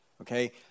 Okay